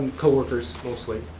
coworkers mostly.